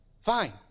Fine